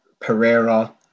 Pereira